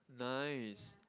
nice